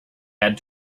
had